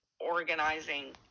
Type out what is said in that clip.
organizing